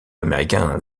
américain